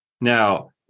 Now